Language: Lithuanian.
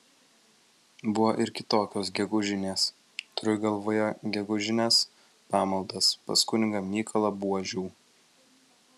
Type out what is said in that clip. buvo ir kitokios gegužinės turiu galvoje gegužines pamaldas pas kunigą mykolą buožių